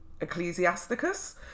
ecclesiasticus